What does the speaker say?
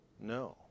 No